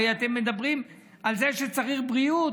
הרי אתם מדברים על זה שצריך בריאות.